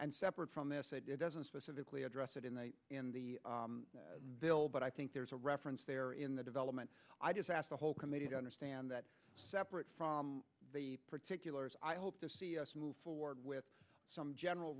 and separate from this doesn't specifically address it in the in the bill but i think there's a reference there in the development i just asked a whole committee to understand that separate from the particulars i hope to move forward with some general